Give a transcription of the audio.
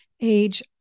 age